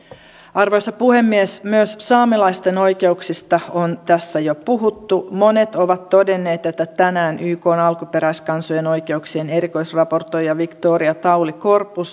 arvoisa puhemies myös saamelaisten oikeuksista on tässä jo puhuttu monet ovat todenneet että tänään ykn alkuperäiskansojen oikeuksien erikoisraportoija victoria tauli corpuz